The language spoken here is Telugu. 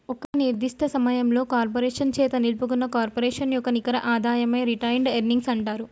ఒక నిర్దిష్ట సమయంలో కార్పొరేషన్ చేత నిలుపుకున్న కార్పొరేషన్ యొక్క నికర ఆదాయమే రిటైన్డ్ ఎర్నింగ్స్ అంటరు